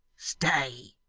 stay,